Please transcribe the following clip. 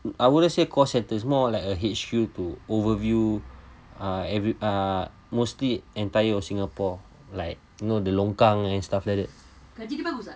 I wouldn't say call centre is more like a H_Q to overview uh every uh mostly entire of singapore like know the longkang and stuff like that